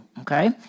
okay